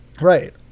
Right